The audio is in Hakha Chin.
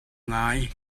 ngai